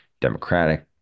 Democratic